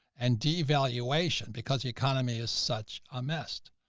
and devaluation because the economy is such a mess.